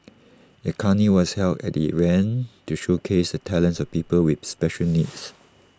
A carnival was held at the event to showcase the talents of people with special needs